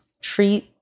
treat